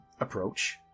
approach